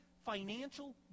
Financial